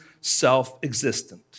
self-existent